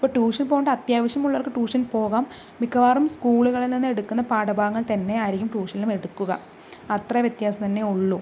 ഇപ്പോൾ ട്യൂഷൻ പോകേണ്ട അത്യാവശ്യം ഉള്ളവർക്ക് ട്യൂഷൻ പോകാം മിക്കവാറും സ്കൂളുകളിൽ നിന്നെടുക്കുന്ന പാഠഭാഗങ്ങൾ തന്നെ ആയിരിക്കും ട്യൂഷനിലും എടുക്കുക അത്ര വ്യത്യാസം തന്നെ ഉളളൂ